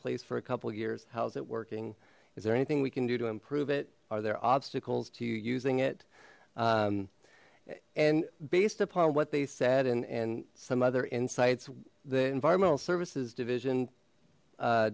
place for a couple years how is it working is there anything we can do to improve it are there obstacles to using it and based upon what they said and some other insights the environmental services division